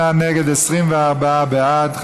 38 נגד, 24 בעד.